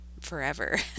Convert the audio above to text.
forever